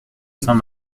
saint